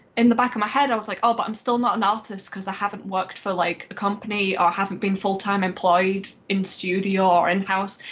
in the back of my head, i was like oh but i'm still not an artist because i haven't worked for like a company. i haven't been full-time employed in studio or in house.